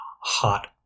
hot